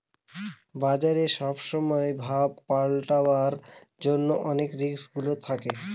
বাজারে সব সময় ভাব পাল্টাবার জন্য অনেক রিস্ক গুলা হয়